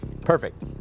Perfect